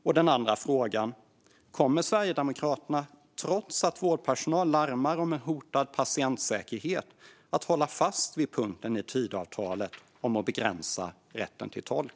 Och kommer Sverigedemokraterna, trots att vårdpersonal larmar om hotad patientsäkerhet, att hålla fast vid punkten i Tidöavtalet om att begränsa rätten till tolk?